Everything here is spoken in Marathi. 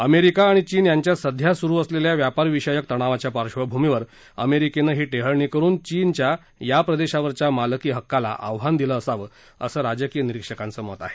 अमेरिका आणि चीन यांच्यात सध्या सुरू असलेल्या व्यापार विषयक तणावाच्या पार्श्वभूमीवर अमेरिकेनं ही टेहळणी करून चीनच्या या प्रदेशावरच्या मालकी हक्काला आव्हान दिलं असावं असं राजकीय निरीक्षकांचं मत आहे